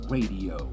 Radio